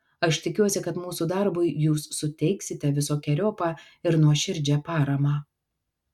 aš tikiuosi kad mūsų darbui jūs suteiksite visokeriopą ir nuoširdžią paramą